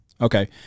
Okay